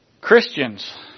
Christians